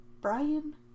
Brian